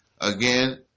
Again